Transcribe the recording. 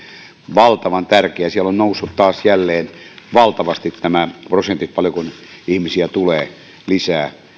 valtavan tärkeää siellä ovat nousseet jälleen valtavasti nämä prosentit paljonko ihmisiä tulee lisää